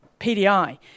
PDI